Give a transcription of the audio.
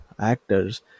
actors